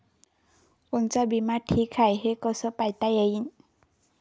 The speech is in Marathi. कोनचा बिमा ठीक हाय, हे कस पायता येईन?